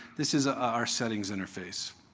this is ah our settings interface.